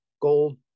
gold